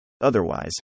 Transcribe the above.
Otherwise